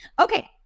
Okay